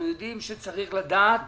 אנחנו יודעים שצריך לדעת